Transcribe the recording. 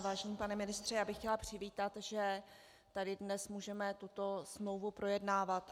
Vážený pane ministře, já bych chtěla přivítat, že tady dnes můžeme tuto smlouvu projednávat.